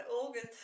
august